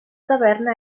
taverna